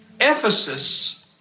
Ephesus